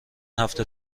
هفته